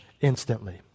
instantly